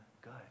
good